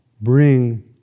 Bring